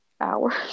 hours